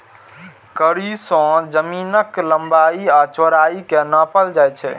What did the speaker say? कड़ी सं जमीनक लंबाइ आ चौड़ाइ कें नापल जाइ छै